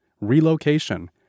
relocation